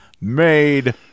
made